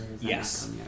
Yes